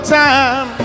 time